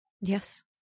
Yes